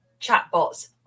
chatbots